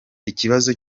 ikibazo